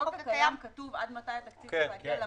בחוק הקיים כתוב עד מתי התקציב צריך להגיע לממשלה?